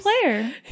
player